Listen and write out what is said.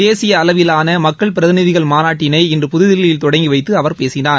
தேசிய அளவிலான மக்கள் பிரதிநிதிகள் மாநாட்டினை இன்று புதுதில்லியில் தொடங்கிவைத்து அவர் பேசினார்